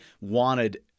wanted